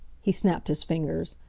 he snapped his fingers.